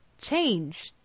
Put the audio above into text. change